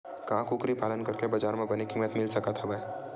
का कुकरी पालन करके बजार म बने किमत मिल सकत हवय?